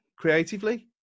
creatively